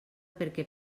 perquè